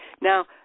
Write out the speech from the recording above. now